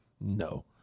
No